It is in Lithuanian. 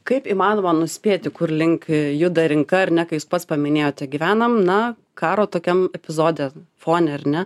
kaip įmanoma nuspėti kurlink juda rinka ar ne kai jūs pats paminėjote gyvenam na karo tokiam epizode fone ar ne